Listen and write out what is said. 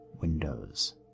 windows